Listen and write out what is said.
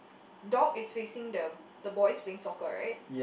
dog is facing the the boys playing soccer right